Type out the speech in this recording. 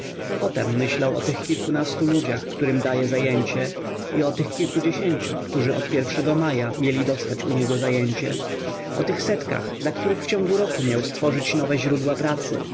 potem myślał o tych kilkunastu ludziach którym już daje zajęcie i o tych kilkudziesięciu którzy od pierwszego maja mieli dostać u niego zajęcie o tych setkach dla których w ciągu roku miał stworzyć nowe źródła pracy